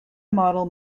model